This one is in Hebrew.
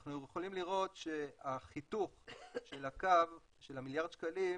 אנחנו יכולים לראות שהחיתוך של הקו של המיליארד שקלים,